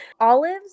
olives